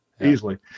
easily